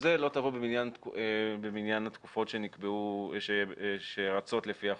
זה לא תבוא במניין התקופות שרצות לפי החוק.